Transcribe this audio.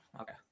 okay